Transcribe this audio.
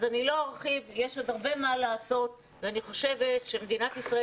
יש עוד הרבה מה לעשות ואני חושבת שמדינת ישראל